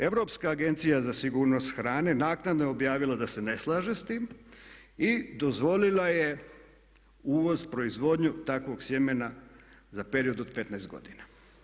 Europska agencija za sigurnost hrane naknadno je objavila da se ne slaže s tim i dozvolila je uvoz, proizvodnju takvog sjemena za period od 15 godina.